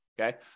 Okay